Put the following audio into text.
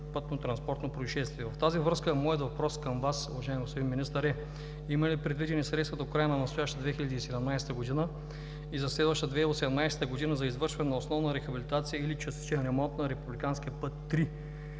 пътно-транспортно произшествие. В тази връзка моят въпрос към Вас, уважаеми господин Министър, е: има ли предвидени средства до края на настоящата 2017 г. и за следващата 2018 г. за извършване на основна рехабилитация или частичен ремонт на Републиканския път